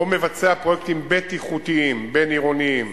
או מבצע פרויקטים בטיחותיים בין-עירוניים,